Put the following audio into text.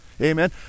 Amen